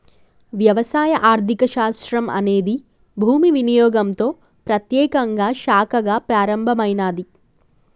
వ్యవసాయ ఆర్థిక శాస్త్రం అనేది భూమి వినియోగంతో ప్రత్యేకంగా శాఖగా ప్రారంభమైనాది